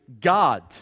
God